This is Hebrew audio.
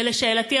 לשאלתי,